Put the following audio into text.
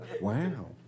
Wow